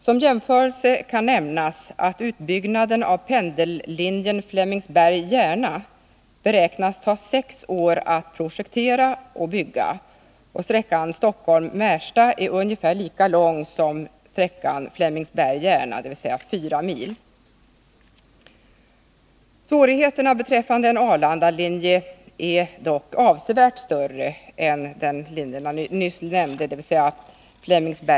Som jämförelse kan nämnas att utbyggnaden av pendellinjen Flemingsberg-Järna beräknas ta sex år att projektera och bygga. Sträckan Stockholm-Märsta är ungefär lika lång som sträckan Flemingsberg-Järna, dvs. fyra mil. Svårigheterna beträffande en Arlandalinje är dock avsevärt större än för den linje som jag nyss nämnde.